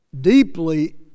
DEEPLY